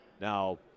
Now